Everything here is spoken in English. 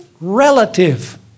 relative